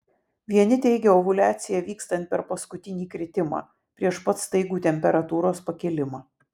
vieni teigia ovuliaciją vykstant per paskutinį kritimą prieš pat staigų temperatūros pakilimą